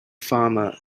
farmer